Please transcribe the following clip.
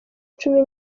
cumi